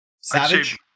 Savage